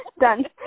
Done